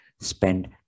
spend